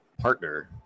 partner